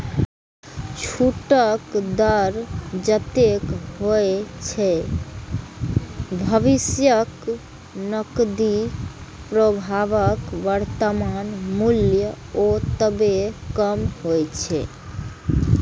छूटक दर जतेक होइ छै, भविष्यक नकदी प्रवाहक वर्तमान मूल्य ओतबे कम होइ छै